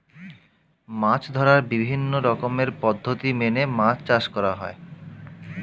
মাছ ধরার বিভিন্ন রকমের পদ্ধতি মেনে মাছ চাষ করা হয়